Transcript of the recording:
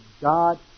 God